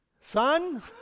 Son